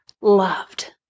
loved